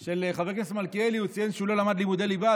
של חבר הכנסת מלכיאלי הוא ציין שהוא לא למד לימודי ליבה,